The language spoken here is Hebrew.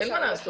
אין מה לעשות.